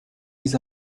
les